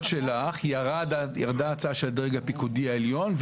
שלך ירדה ההצעה של הדרג הפיקודי העליון,